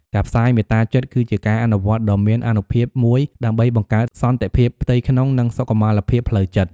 ការផ្សាយមេត្តាចិត្ត គឺជាការអនុវត្តន៍ដ៏មានអានុភាពមួយដើម្បីបង្កើតសន្តិភាពផ្ទៃក្នុង និងសុខុមាលភាពផ្លូវចិត្ត។